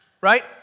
right